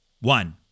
One